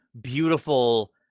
beautiful